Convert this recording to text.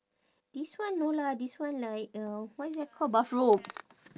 this one no lah this one like uh what is that called bathrobe